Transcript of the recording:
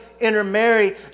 intermarry